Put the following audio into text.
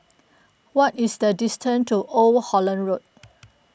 what is the distance to Old Holland Road